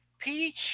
peach